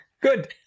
Good